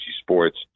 Sports